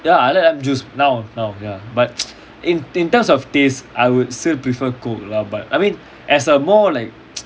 ya I like lime juice now now ya but in terms of taste I would still prefer coke lah but I mean as a more like